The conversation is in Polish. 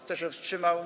Kto się wstrzymał?